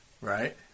Right